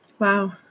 Wow